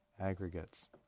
aggregates